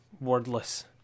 wordless